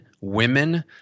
women